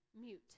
mute